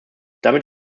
damit